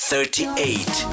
Thirty-eight